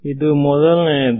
ಇದು ಮೊದಲನೆಯದು